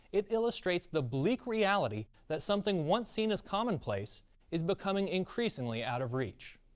it illustrates the bleak reality that something once seen as commonplace is becoming increasingly out of reach.